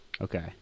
Okay